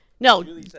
No